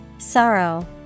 Sorrow